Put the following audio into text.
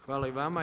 Hvala i vama.